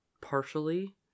partially